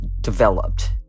developed